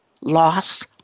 loss